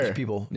people